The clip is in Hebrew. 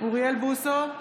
אוריאל בוסו,